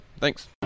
Thanks